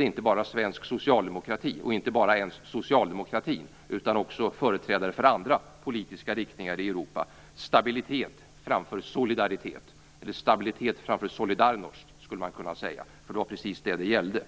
Inte bara svensk socialdemokrati och inte ens bara socialdemokratin utan också företrädare för andra politiska riktningar i Europa prioriterade länge stabilitet framför solidaritet eller stabilitet framför Solidarnosc, skulle man kan kunna säga, för det var precis vad det gällde.